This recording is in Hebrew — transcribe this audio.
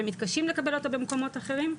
הם מתקשים לקבל אותו במקומות אחרים,